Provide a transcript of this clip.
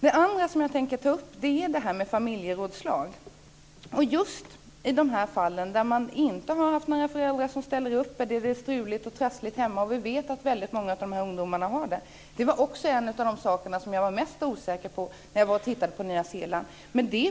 Det andra som jag vill ta upp är familjerådslag i de fall där inga föräldrar ställer upp och där det är struligt och trassligt i hemmet. Vi vet att väldigt många av de här ungdomarna har det så. Det var en av de saker som jag var mest osäker på när det gällde Nya Zeeland.